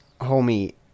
Homie